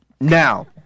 Now